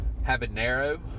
Habanero